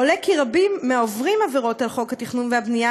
עולה כי רבים מהעוברים עבירות על חוק התכנון ובנייה